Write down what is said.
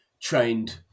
trained